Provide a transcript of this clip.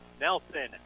Nelson